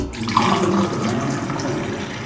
and the memory of the man who coined it.